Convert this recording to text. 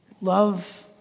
love